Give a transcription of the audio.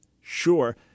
sure